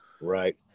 Right